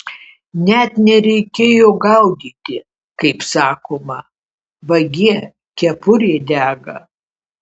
net nereikėjo gaudyti kaip sakoma vagie kepurė dega